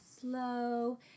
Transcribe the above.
slow